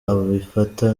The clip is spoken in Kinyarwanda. abifata